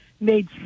made